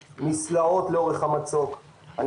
במסלעות לאורך המצוק, ודברים כאלה.